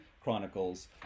chronicles